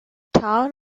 town